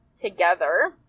together